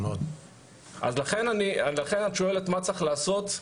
את שואלת מה צריך לעשות?